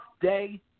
day